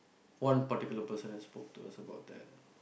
one particular person I spoke is about that